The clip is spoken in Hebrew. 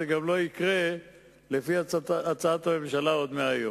זה גם לא יקרה לפי הצעת הממשלה עוד מהיום.